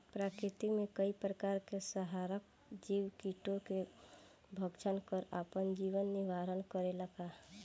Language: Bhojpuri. प्रकृति मे कई प्रकार के संहारक जीव कीटो के भक्षन कर आपन जीवन निरवाह करेला का?